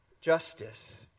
justice